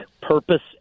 purpose